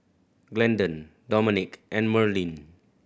Glendon Domenic and Merlyn